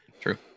True